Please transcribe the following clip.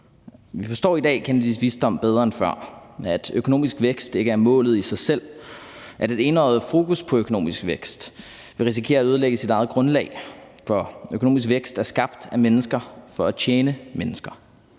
Vi forstår i dag Kennedys visdom bedre end før, at økonomisk vækst ikke er målet i sig selv, og at et enøjet fokus på økonomisk vækst vil risikere at ødelægge sit eget grundlag, for økonomisk vækst er skabt af mennesker for at tjene mennesker,